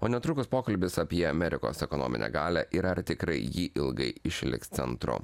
o netrukus pokalbis apie amerikos ekonominę galią ir ar tikrai ji ilgai išliks centru